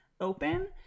open